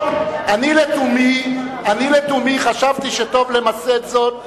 אני לתומי חשבתי שטוב למסד זאת בנהלים.